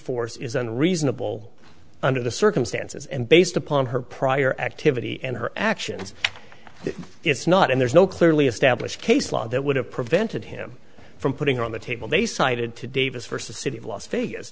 force is unreasonable under the circumstances and based upon her prior activity and her actions that it's not and there's no clearly established case law that would have prevented him from putting on the table they cited to davis first the city of las vegas